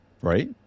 right